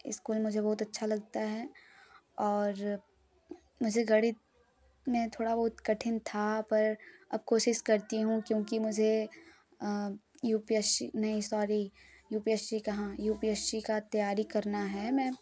school मुझे बहुत अच्छा लगता है और मुझे गणित में थोड़ा बहुत कठिन था पर अब कोशिश करती हूँ क्योंकि मुझे यू पी एस सी नहीं sorry U P S C कहाँ यू पी एस सी का तैयारी करना है मैं